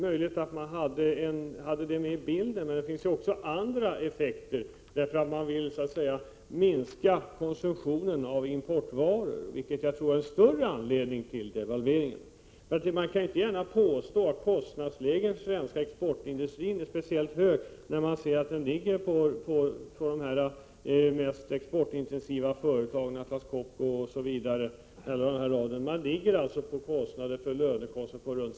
Möjligen hade man det med i bilden, men man ville också minska konsumtionen av importvaror, vilket jag tror var en större anledning till devalveringarna. Man kan inte gärna påstå att lönekostnadsläget för den svenska exportindustrin är speciellt högt. De exportintensiva företagen, Atlas Copco och alla de andra, har ungefär 6 90 i lönekostnader.